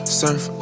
surf